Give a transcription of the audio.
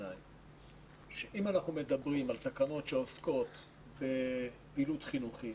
אם אנחנו מדברים על תקנות שעוסקות בפעילות חינוכית,